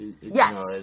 Yes